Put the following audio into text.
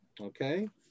okay